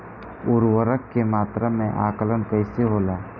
उर्वरक के मात्रा में आकलन कईसे होला?